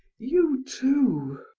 you too?